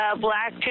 Black